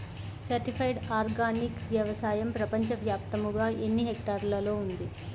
Certified organic వ్యవసాయం ప్రపంచ వ్యాప్తముగా ఎన్నిహెక్టర్లలో ఉంది?